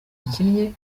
yakinnye